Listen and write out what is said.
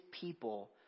people